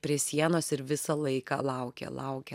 prie sienos ir visą laiką laukė laukė